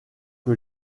que